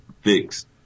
fix